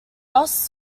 ross